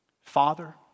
father